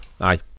aye